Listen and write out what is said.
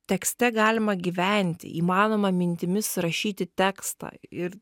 tekste galima gyventi įmanoma mintimis rašyti tekstą ir